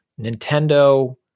Nintendo